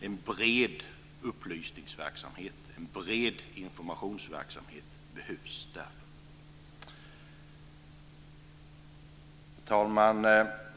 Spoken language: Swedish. En bred upplysningsverksamhet och en bred informationsverksamhet behövs därför. Herr talman!